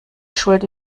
schuld